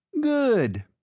Good